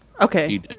Okay